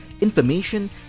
information